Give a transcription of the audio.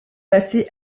passer